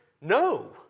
No